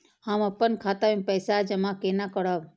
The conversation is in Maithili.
हम अपन खाता मे पैसा जमा केना करब?